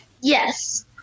Yes